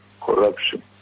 corruption